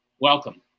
Welcome